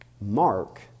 Mark